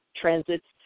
Transits